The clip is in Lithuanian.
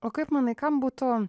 o kaip manai kam būtų